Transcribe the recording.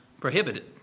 prohibited